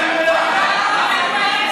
שירות צבאי,